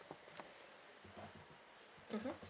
mmhmm